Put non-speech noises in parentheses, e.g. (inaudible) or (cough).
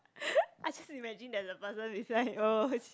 (laughs) I just imagine that the person is like oh